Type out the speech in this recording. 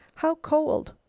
how cold!